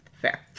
Fair